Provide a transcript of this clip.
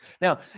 Now